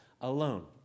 alone